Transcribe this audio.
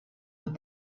with